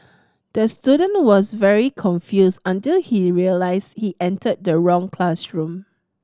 the student was very confused until he realised he entered the wrong classroom